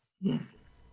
Yes